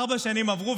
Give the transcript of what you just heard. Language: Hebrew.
ארבע שנים עברו,